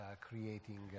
creating